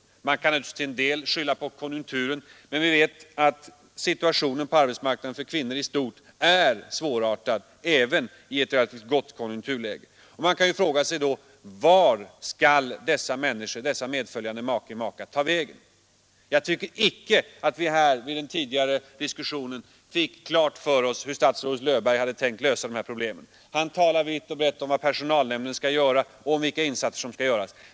Situationen kan naturligtvis till en del skyllas på konjunkturen, men vi vet att situationen på arbetsmarknaden för kvinnor i stort sett är besvärlig även i ett relativt gott konjunkturläge. Man måste då fråga sig: Var skall den medföljande maken få arbete? Jag tycker inte att vi i den tidigare diskussionen fick klart för oss hur statsrådet Löfgren tänkte lösa dessa problem. Han talade vitt och brett om vad personalnämnden skall göra och vilka insatser i stort som skall göras.